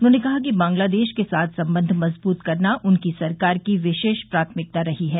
उन्होंने कहा कि बांग्लादेश के साथ संबंध मजबूत करना उनकी सरकार की विशेष प्राथमिकता रही है